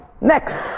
Next